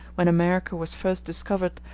when america was first discovered,